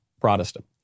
Protestant